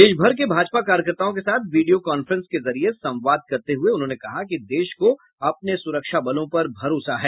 देशभर के भाजपा कार्यकर्ताओं के साथ वीडियो कॉफ्रेंस के जरिए संवाद करते हुए उन्होंने कहा कि देश को अपने सुरक्षाबलों पर भरोसा है